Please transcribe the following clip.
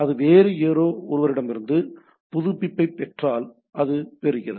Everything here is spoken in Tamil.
அது வேறு யாரோ ஒருவரிடமிருந்து புதுப்பிப்பைப் பெற்றால் அதைப் பெறுகிறது